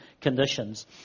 conditions